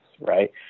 right